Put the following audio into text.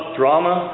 drama